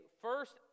first